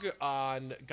on